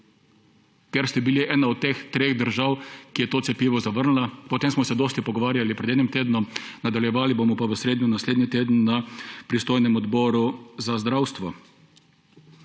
ker ste bili ena od teh treh držav, ki je to cepivo zavrnila. O tem smo se dosti pogovarjali pred enim tednom, nadaljevali bomo pa v sredo naslednji teden na pristojnem Odboru za zdravstvo.